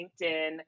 LinkedIn